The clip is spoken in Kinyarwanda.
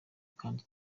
kandi